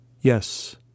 Yes